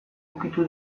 ukitu